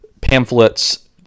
pamphlets